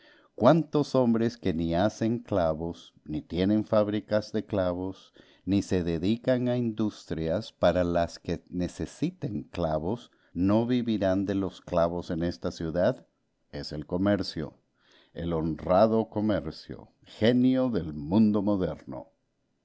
cuántos hombres que ni hacen clavos ni tienen fábricas de clavos ni se dedican a industrias para las que necesiten clavos no vivirán de los clavos en esta ciudad es el comercio el honrado comercio genio del mundo moderno